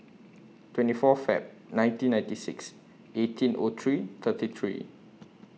twenty four Feb nineteen ninety six eighteen O three thirty three